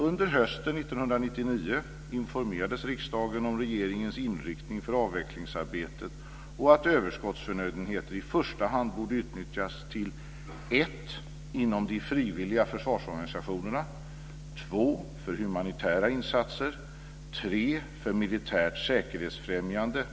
Under hösten 1999 informerades riksdagen om regeringens inriktning för avvecklingsarbetet, nämligen att överskottsförnödenheter i första hand borde utnyttjas 4. för stärkandet av det svenska samhället vid svåra påfrestningar i fred. Inriktningen är att överskottet i andra hand bör säljas eller destrueras.